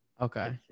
Okay